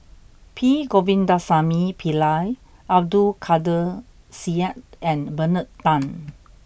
P Govindasamy Pillai Abdul Kadir Syed and Bernard Tan